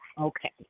Okay